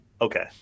Okay